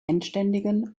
endständigen